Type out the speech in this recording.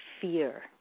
fear